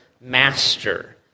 master